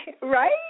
Right